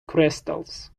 crystals